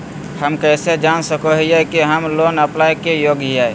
हम कइसे जान सको हियै कि हम लोन अप्लाई के योग्य हियै?